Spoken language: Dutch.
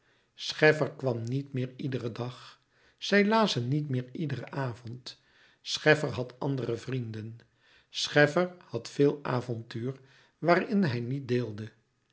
scheffer kwam niet meer iederen dag zij lazen niet meer iederen avond scheffer had andere vrienden scheffer had veel avontuur waarin hij niet deelde